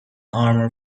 armour